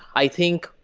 i think,